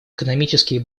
экономические